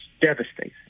devastating